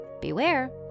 Beware